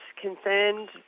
concerned